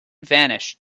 vanished